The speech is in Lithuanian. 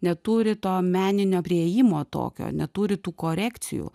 neturi to meninio priėjimo tokio neturi tų korekcijų